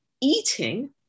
eating